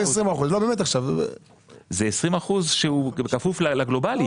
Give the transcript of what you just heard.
20 אחוזים בכפוף לגלובלי.